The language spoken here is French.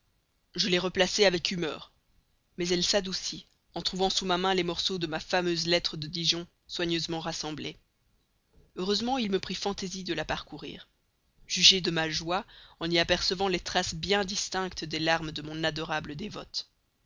je les replaçai avec humeur mais elle s'adoucit en trouvant sous ma main les morceaux de ma fameuse lettre de dijon soigneusement rassemblés heureusement il me prit fantaisie de la parcourir jugez de ma joie en y apercevant les traces bien distinctes des larmes de mon adorable dévote